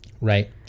Right